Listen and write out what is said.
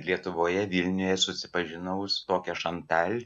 lietuvoje vilniuje susipažinau su tokia šantal